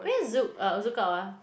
when is Zouk uh Zoukout ah